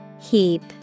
Heap